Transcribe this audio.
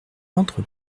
entre